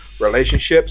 relationships